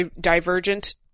divergent